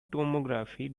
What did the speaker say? tomography